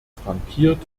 frankiert